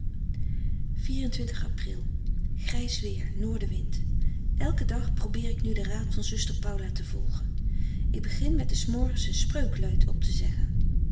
weer noordewind elken dag probeer ik nu den raad van zuster paula te volgen frederik van eeden van de koele meren des doods ik begin met des morgens een spreuk luid op te zeggen